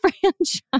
franchise